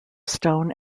stone